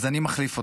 אז אני מחליף אותו,